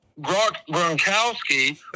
Gronkowski